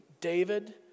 David